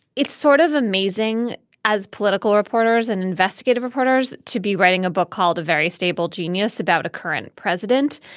it's sort of amazing as political reporters and investigative reporters to be writing a book called a very stable genius about a current president.